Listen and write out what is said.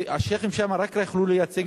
השיח'ים שם רק יכלו לייצג,